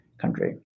country